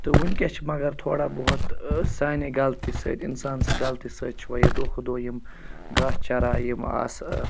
تہٕ وُنٛکیٚس چھِ مگر تھوڑا بہت ٲں سانے غلطی سۭتۍ اِنسان سٕنٛدۍ غلطی سۭتۍ چھُ وۄنۍ یہِ دۄہ کھۄتہٕ دۄہ یِم گاسہٕ چَراے یِم آسہٕ ٲں